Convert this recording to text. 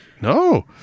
No